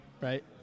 right